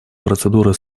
процедуры